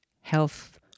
health